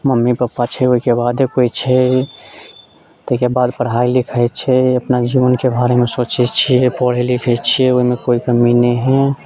mummy papa छै ओहिके बादे कोइ छै ताहिके बाद पढ़ाइ लिखाइ छै अपना जीवनके बारेमे सोचैत छियै पढ़ैत लिखैत छियै ओहिमे कोइ कमी नहि हइ